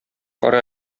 кара